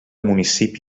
municipi